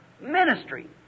ministry